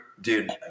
dude